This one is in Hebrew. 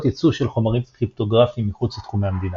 ייצוא של חומרים קריפטוגרפיים מחוץ לתחומי המדינה.